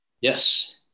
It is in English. Yes